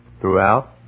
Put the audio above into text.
throughout